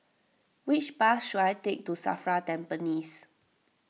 which bus should I take to Safra Tampines